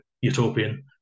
utopian